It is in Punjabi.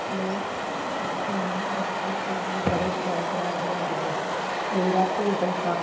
ਮੈਂ ਖਾਣਾ ਬਚਪਨ ਤੋਂ ਹੀ ਬੜੇ ਸ਼ੌਂਕ ਨਾਲ ਬਣਾਉਂਦੀ ਹਾਂ ਮੇਰਾ ਭੋਜਨ ਸਭ